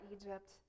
egypt